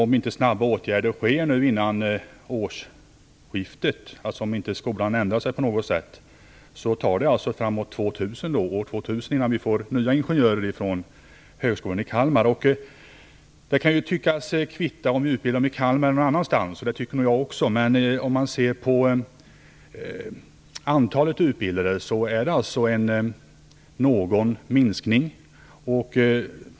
Om inte åtgärder vidtas före årsskiftet, om inte skolan ändrar sig på något sätt, kommer vi inte att få några nya ingenjörer från Högskolan i Kalmar förrän framåt år 2000. Man kan tycka att det kan kvitta om utbildningen finns i Kalmar eller någon annanstans; det tycker nog jag också. Men om man tittar på antalet utbildade finner man att det har skett en viss minskning.